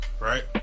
right